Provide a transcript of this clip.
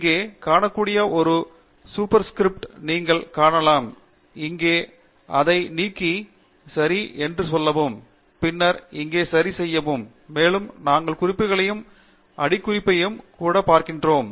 இங்கே காணக்கூடிய ஒரு சூப்பர் ஸ்கிரிப்ட்டை நீங்கள் காணலாம் இங்கே அதை நீக்கி சரி என்று சொல்லவும் பின்னர் இங்கே சரி செய்யவும் மேலும் நாங்கள் குறிப்புகளையும் அடிக்குறிப்பையும் கூடப் பார்க்கிறோம்